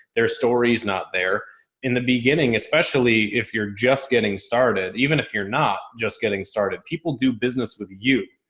their story's not there in the beginning, especially if you're just getting started. even if you're not just getting started, people do business with you.